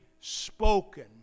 spoken